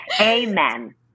Amen